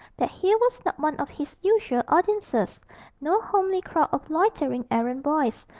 that here was not one of his usual audiences no homely crowd of loitering errand boys,